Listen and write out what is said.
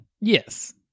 Yes